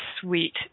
sweet